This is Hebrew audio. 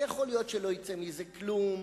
יכול להיות שלא יצא מזה כלום,